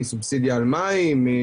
סובסידיה על מים,